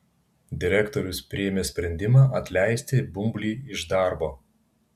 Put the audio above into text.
direktorius priėmė sprendimą atleisti bumblį iš darbo